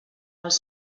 els